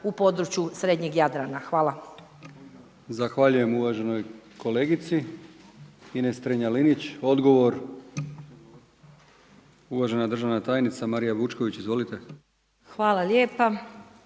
u području srednjeg Jadrana. Hvala. **Brkić, Milijan (HDZ)** Zahvaljujem uvaženoj kolegici Ines Strenja—Linić. Odgovor uvažena državna tajnica Marija Vučković. Izvolite. **Vučković,